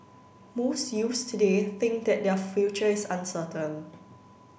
most youths today think that their future is uncertain